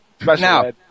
Now